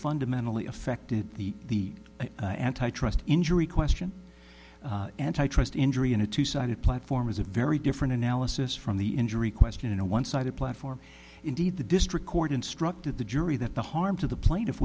fundamentally affected the antitrust injury question antitrust injury in a two sided platform is a very different analysis from the injury question in a one sided platform indeed the district court instructed the jury that the harm to the pla